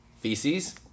feces